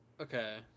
Okay